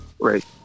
Right